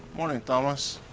morning, thomas.